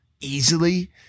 easily